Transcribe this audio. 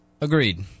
Agreed